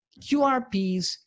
QRPs